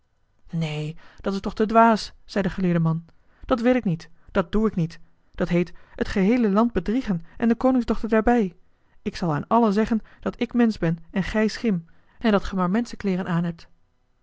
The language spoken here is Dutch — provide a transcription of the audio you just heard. neen dat is toch te dwaas zei de geleerde man dat wil ik niet dat doe ik niet dat heet het geheele land bedriegen en de koningsdochter daarbij ik zal aan allen zeggen dat ik mensch ben en gij schim en dat ge maar